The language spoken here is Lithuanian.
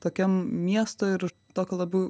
tokiam miesto ir tokio labiau